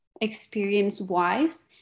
experience-wise